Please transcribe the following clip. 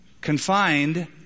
confined